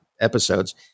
episodes